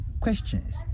questions